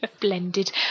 blended